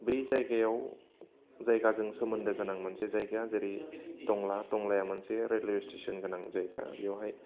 बै जायगायाव जायगाजों सोमोनदो गोनां मोनसे जायगा जेरै टांग्ला टांग्लाया मोनसे रेलवे स्टेसन गोनां जायगा बेवहाय